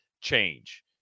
change